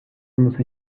unos